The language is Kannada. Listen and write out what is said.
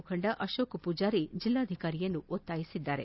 ಮುಖಂಡ ಅಶೋಕ ಪೂಜಾರಿ ಜಿಲ್ಲಾಧಿಕಾರಿಯನ್ನು ಒತ್ತಾಯಿಸಿದ್ದಾರೆ